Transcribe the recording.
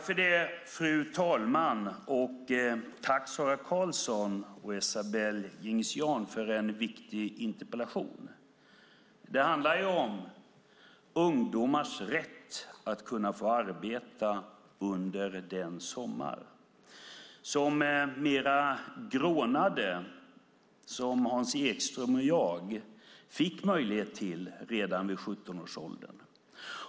Fru talman! Tack, Sara Karlsson och Esabelle Dingizian, för en viktig interpellation! Det handlar om ungdomars rätt att få arbeta under en sommar, något som de mer grånade, som Hans Ekström och jag, fick möjlighet till redan vid 17 års ålder.